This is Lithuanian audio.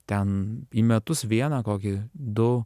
ten į metus vieną kokį du